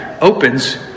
opens